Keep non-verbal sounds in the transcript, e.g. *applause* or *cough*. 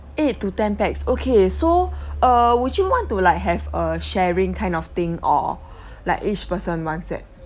eight to ten pax okay so err would you want to like have a sharing kind of thing or *breath* like each person one set